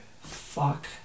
fuck